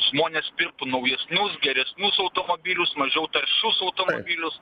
žmonės pirktų naujesnius geresnius automobilius mažiau taršius automobilius